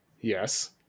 yes